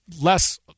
less